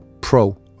pro